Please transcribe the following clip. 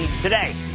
today